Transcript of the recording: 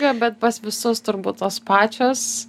bet pas visus turbūt tos pačios